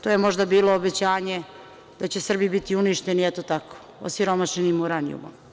To je možda bilo obećanje da će Srbi biti uništeni, eto tako, osiromašenim uranijumom.